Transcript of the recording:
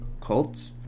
cults